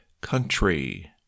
country